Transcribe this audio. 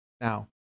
Now